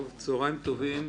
צוהריים טובים,